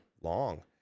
long